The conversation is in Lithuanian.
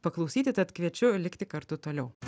paklausyti tad kviečiu likti kartu toliau